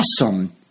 awesome